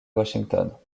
washington